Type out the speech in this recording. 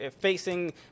facing